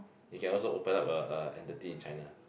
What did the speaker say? you can also open up a a entity in China